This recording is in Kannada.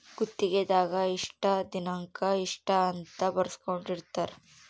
ಗುತ್ತಿಗೆ ದಾಗ ಇಷ್ಟ ದಿನಕ ಇಷ್ಟ ಅಂತ ಬರ್ಸ್ಕೊಂದಿರ್ತರ